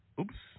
Oops